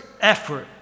effort